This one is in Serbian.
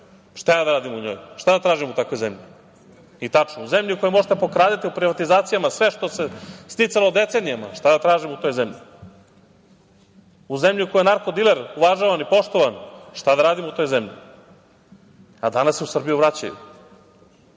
predsednik države, šta da tražim u takvoj zemlji? U zemlji u kojoj možete da pokradete u privatizacijama sve što se sticalo decenijama, šta da tražim u toj zemlji? U zemlji u kojoj je narkodiler uvažavan i poštovan, šta da radim u toj zemlji? A danas se u Srbiju vraćaju